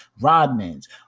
Rodman's